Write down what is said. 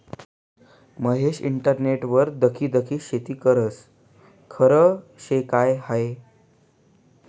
महेश इंटरनेटवर दखी दखी शेती करस? खरं शे का हायी